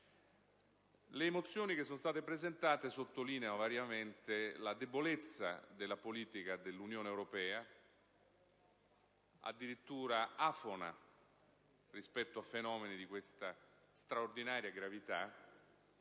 Le mozioni che sono state presentate sottolineano variamente la debolezza della politica dell'Unione europea, addirittura afona rispetto a fenomeni di questa straordinaria gravità,